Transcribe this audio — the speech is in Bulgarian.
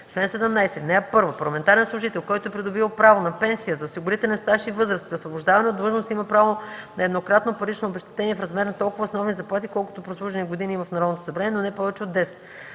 Чл. 17. (1) Парламентарен служител, който е придобил право на пенсия за осигурителен стаж и възраст, при освобождаване от длъжност има право на еднократно парично обезщетение в размер на толкова основни заплати, колкото прослужени години има в Народното събрание, но не повече от 10.